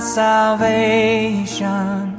salvation